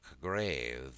grave